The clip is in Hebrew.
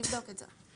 נבדוק את זה.